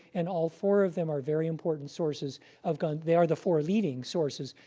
and all four of them are very important sources of guns. they are the four leading sources,